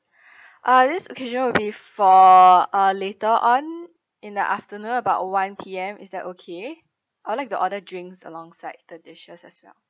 uh this occasion will be for uh later on in the afternoon about one P_M is that okay I'll like to order drinks alongside the dishes as well